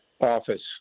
office